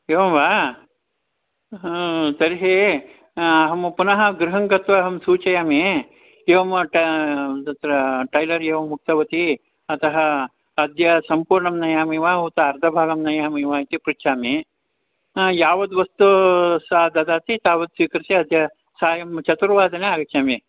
एवं वा हा तर्हि अहं पुनः गृहं गत्वा अहं सूचयामि एवं ट तत्र टैलर् एवम् उक्तवती अतः अद्य सम्पूर्णं नयामि वा उत अर्धभागं नयामि वा इति पृच्छामि यावद्वस्तु सा ददाति तावत् स्वीकृत्य अद्य सायं चतुर्वादने आगच्छामि